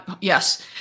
Yes